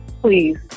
please